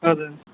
हजुर